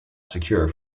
secure